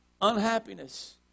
unhappiness